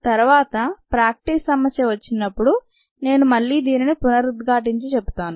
తరువాత ప్రాక్టీస్ సమస్య వచ్చినప్పుడు నేను మళ్లీ దీనిని పునరుద్ఘాటించి చెబుతాను